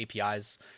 APIs